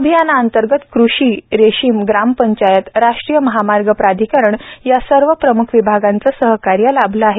अभियानांतर्गत कृषी रेशीम ग्रामपंचायत राष्ट्रीय महामार्ग प्राधिकरण या सर्वप्रम्ख विभागांचे सहकार्य लाभले आहे